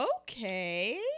okay